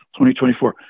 2024